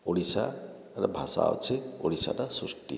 ଓଡ଼ିଶାର ଭାଷା ଅଛି ଓଡ଼ିଶାଟା ସୃଷ୍ଟି